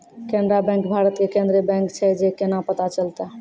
Canara bank Bharat के केन्द्रीय bank छै से केना पता चलतै?